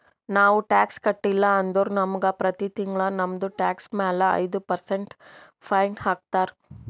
ನಾವು ಟ್ಯಾಕ್ಸ್ ಕಟ್ಟಿಲ್ಲ ಅಂದುರ್ ನಮುಗ ಪ್ರತಿ ತಿಂಗುಳ ನಮ್ದು ಟ್ಯಾಕ್ಸ್ ಮ್ಯಾಲ ಐಯ್ದ ಪರ್ಸೆಂಟ್ ಫೈನ್ ಹಾಕ್ತಾರ್